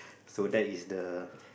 so that is the